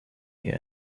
year